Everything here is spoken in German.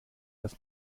dass